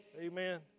Amen